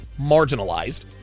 marginalized